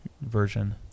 version